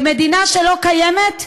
במדינה שלא קיימת?